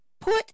put